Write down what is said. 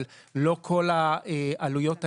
אבל לא כל העלויות האלה,